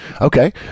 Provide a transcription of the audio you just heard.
Okay